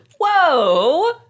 whoa